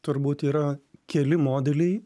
turbūt yra keli modeliai